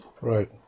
Right